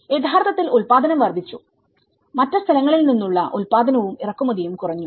യഥാർത്ഥത്തിൽ ഉൽപ്പാദനം വർദ്ധിച്ചു മറ്റ് സ്ഥലങ്ങളിൽ നിന്നുള്ള ഉൽപ്പാദനവും ഇറക്കുമതിയും കുറഞ്ഞു